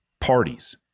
parties